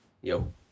Yo